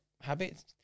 habits